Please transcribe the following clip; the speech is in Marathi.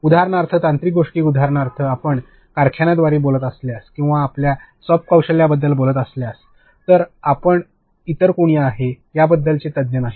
उदाहरणार्थ तांत्रिक गोष्टी उदाहरणार्थ आपण कारखान्यांविषयी बोलत असल्यास किंवा आपण सॉफ्ट कौशल्यांबद्दल बोलणार असाल तर आपण इतर कोणी आहे याबद्दलचे तज्ञ नाही